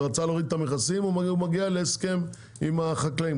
רצה להוריד את המכסים הוא מגיע להסכם עם החקלאים,